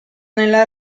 nella